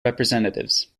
representatives